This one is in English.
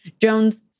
Jones